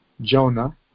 Jonah